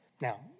Now